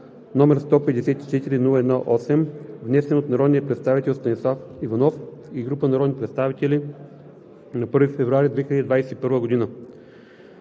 № 154-01-8, внесен от народния представител Станислав Иванов и група народни представители на 1 февруари 2021 г.